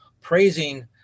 praising